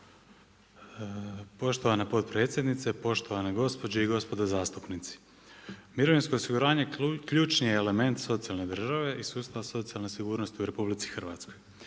Poštovana potpredsjednice. Poštovana gospođo i gospoda zastupnici. Mirovinsko osiguranje ključni je element socijalne države i sustava socijalne sigurnosti u RH.